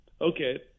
Okay